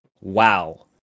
wow